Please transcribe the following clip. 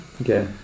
Okay